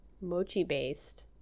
mochi-based